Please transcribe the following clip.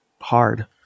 hard